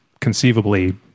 conceivably